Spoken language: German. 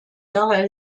dar